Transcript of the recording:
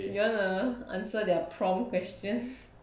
you wanna answer their prompt question